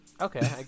Okay